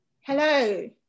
Hello